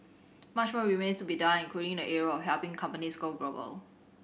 much more remains to be done including in the area of helping companies go global